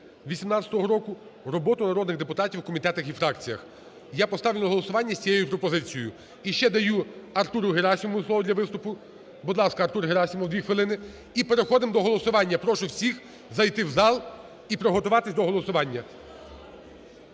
2018 року роботу народних депутатів в комітетах і фракціях". Я поставлю на голосування з цією пропозицією. І ще даю Артуру Герасимову слово для виступу. Будь ласка, Артур Герасимов, дві хвилини. І переходимо до голосування, прошу всіх зайти в зал і приготуватися до голосування.